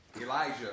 Elijah